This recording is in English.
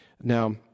Now